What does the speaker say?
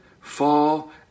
fall